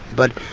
but,